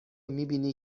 میبینی